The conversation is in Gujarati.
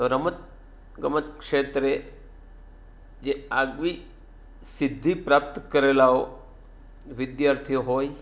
તો રમતગમત ક્ષેત્રે જે આગવી સિદ્ધિ પ્રાપ્ત કરેલાઓ વિદ્યાર્થીઓ હોય